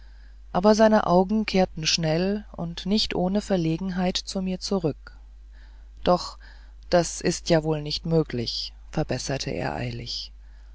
aber seine augen kehrten schnell und nicht ohne verlegenheit zu mir zurück doch das ist ja wohl nicht möglich verbesserte er eilig